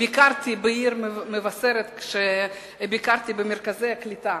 ביקרתי במבשרת, ביקרתי במרכז הקליטה.